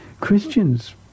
Christians